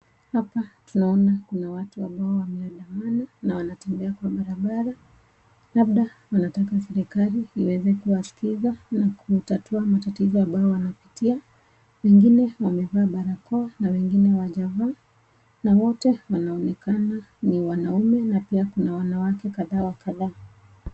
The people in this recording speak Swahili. Hapa tunaona kuna watu ambao wameandamana, na wanatembea kwa barabara, labda wanataka serikali iweze kuwaskiza na kutatua matatizo ambao wanapitia. Wengine wamevaa barakoa na wengine hawajavaa. Na wote wanaonekana ni wanaume na pia kuna wanawake kadhaa wa kadhaa.